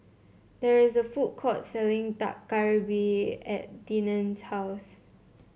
there is a food court selling Dak Galbi at Deneen's house